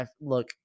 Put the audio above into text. look